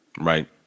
Right